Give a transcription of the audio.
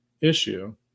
issue